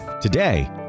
Today